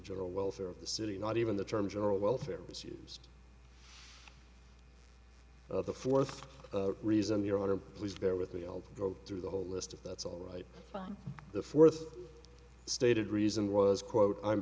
general welfare of the city not even the term general welfare is used the fourth reason your honor please bear with me i'll go through the whole list of that's all right on the fourth stated reason was quote i'm